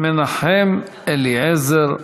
מנחם אליעזר מוזס.